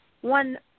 one